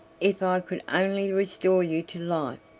if i could only restore you to life,